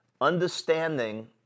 understanding